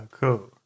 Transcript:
cool